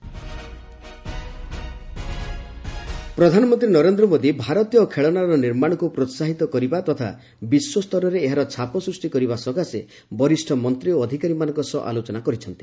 PM Indian toys ପ୍ରଧାନମନ୍ତ୍ରୀ ନରେନ୍ଦ୍ର ମୋଦି ଭାରତୀୟ ଖେଳଶାର ନିର୍ମାଣକୁ ପ୍ରୋହାହିତ କରିବା ତଥା ବିଶ୍ୱସ୍ତରରେ ଏହାର ଛାପ ସୃଷ୍ଟି କରିବା ସକାଶେ ବରିଷ୍ଣ ମନ୍ତ୍ରୀ ଓ ଅଧିକାରୀମାନଙ୍କ ସହ ଆଲୋଚନା କରିଛନ୍ତି